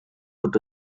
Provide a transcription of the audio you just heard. put